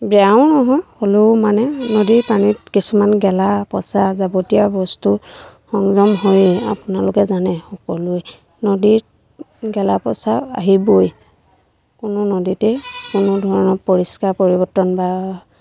বেয়াও নহয় হ'লেও মানে নদীৰ পানীত কিছুমান গেলা পচা যাৱতীয়া বস্তু সংযম হৈয়েই আপোনালোকে জানে সকলোৱে নদীত গেলা পচা আহিবই কোনো নদীতেই কোনো ধৰণৰ পৰিষ্কাৰ পৰিৱৰ্তন বা